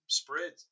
spread